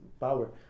power